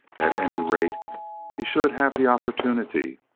at any rate he should have the opportunity,